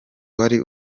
wari